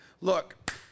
look